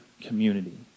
community